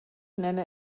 nenne